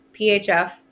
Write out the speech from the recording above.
PHF